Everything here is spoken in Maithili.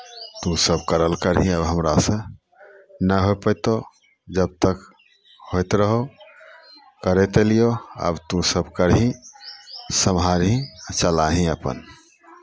तोँ सभ करल करिहेँ आब हमरा से नहि होय पयतहु जब तक होइत रहौ करैत एलियौ आब तोँसभ करही सम्हारही आ चलाही अपन